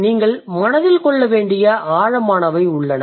நீங்கள் மனதில் கொள்ள வேண்டிய ஆழமானவை உள்ளன